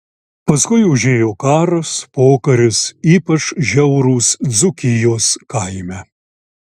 paskui užėjo karas pokaris ypač žiaurūs dzūkijos kaime